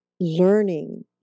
learning